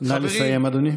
נא לסיים, אדוני.